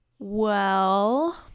Well